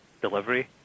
delivery